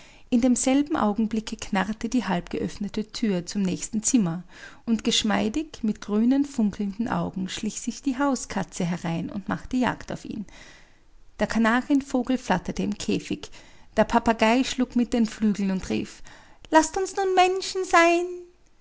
in demselben augenblicke knarrte die halbgeöffnete thür zum nächsten zimmer und geschmeidig mit grünen funkelnden augen schlich sich die hauskatze herein und machte jagd auf ihn der kanarienvogel flatterte im käfig der papagai schlug mit den flügeln und rief laßt uns nun menschen sein